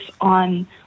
on